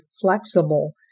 flexible